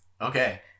Okay